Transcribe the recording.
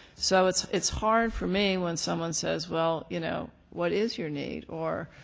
so it's it's hard for me when someone says, well, you know, what is your need or,